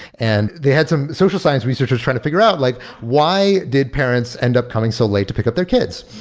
and they had some social science researchers trying to figure out like why did parents end up coming so late to pick up their kids?